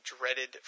dreaded